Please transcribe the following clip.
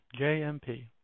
JMP